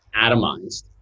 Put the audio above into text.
atomized